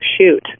shoot